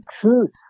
truth